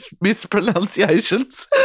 mispronunciations